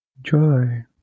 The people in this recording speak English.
Joy